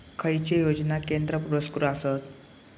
खैचे योजना केंद्र पुरस्कृत आसत?